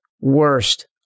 worst